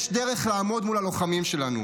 יש דרך לעמוד מול הלוחמים שלנו,